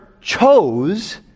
chose